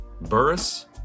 Burris